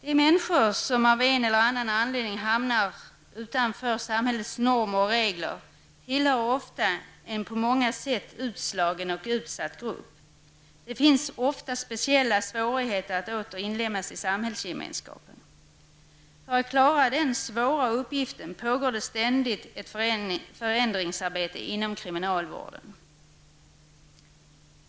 De människor som av en eller annan anledning hamnar utanför samhällets normer och regler tillhör ofta en på många sätt utslagen och utsatt grupp. Det finns ofta speciella svårigheter att åter inlemmas i samhällsgemenskapen. För att klara den svåra uppgiften pågår det ständigt ett förändringsarbete inom kriminalvården.